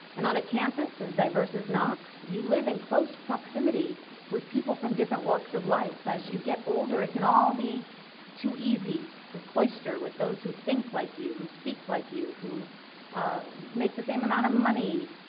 and on a campus as diverse as knox you live in close proximity with people from different walks of life. as you get older it can all be too easy to koi stir with those who think like you, who speak like you, who ah make the same amount of money.